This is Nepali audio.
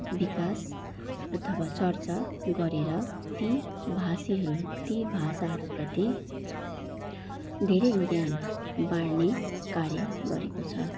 विकास अथवा चर्चा गरेर ती भाषीहरू ती भाषाहरूप्रति धेरै ज्ञान बाँड्ने कार्य गरेको छ